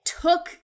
took